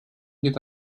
get